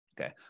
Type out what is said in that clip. Okay